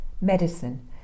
medicine